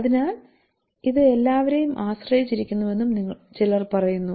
അതിനാൽ ഇത് എല്ലാവരേയും ആശ്രയിച്ചിരിക്കുന്നുവെന്നും ചിലർ പറയുന്നു